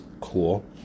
cool